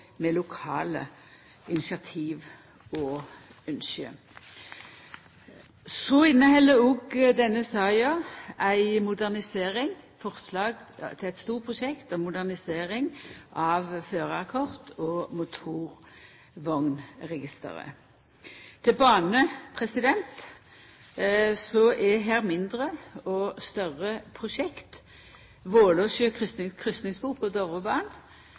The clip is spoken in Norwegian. med lokale initiativ og ynske. Så inneheld òg denne saka forslag til eit stort prosjekt om modernisering av førarkort- og motorvognregisteret. Til bane er det mindre og større prosjekt. Vålåsjø kryssingspor på Dovrebanen er gledeleg i seg sjølv, og